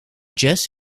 jazz